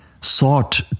sought